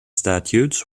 statues